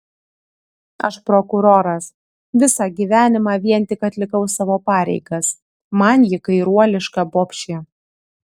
aš prokuroras visą gyvenimą vien tik atlikau savo pareigas man ji kairuoliška bobšė